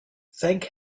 thank